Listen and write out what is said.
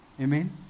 Amen